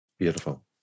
Beautiful